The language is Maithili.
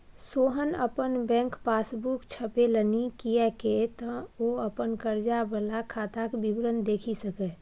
सोहन अपन बैक पासबूक छपेलनि किएक तँ ओ अपन कर्जा वला खाताक विवरण देखि सकय